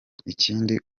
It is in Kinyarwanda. ikindi